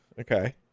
okay